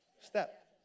Step